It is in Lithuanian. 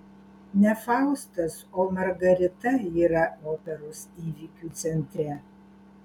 ne faustas o margarita yra operos įvykių centre